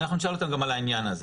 אנחנו נשאל אותם גם על העניין הזה,